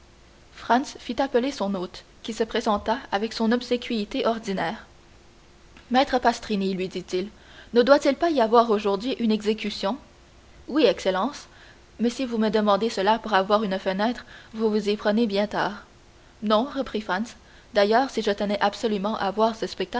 fit appeler son hôte qui se présenta avec son obséquiosité ordinaire maître pastrini lui dit-il ne doit-il pas y avoir aujourd'hui une exécution oui excellence mais si vous me demandez cela pour avoir une fenêtre vous vous y prenez bien tard non reprit franz d'ailleurs si je tenais absolument à voir ce